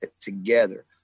together